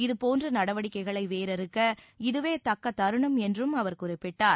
இதுபோன்ற நடவடிக்கைகளை வேரறுக்க இதுவே தக்க தருணம் என்றும் அவர் குறிப்பிட்டார்